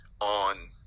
on